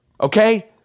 Okay